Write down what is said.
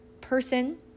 person